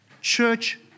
church